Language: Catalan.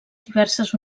diverses